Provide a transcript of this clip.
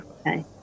okay